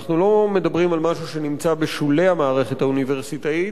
אנחנו לא מדברים על משהו שנמצא בשולי המערכת האוניברסיטאית,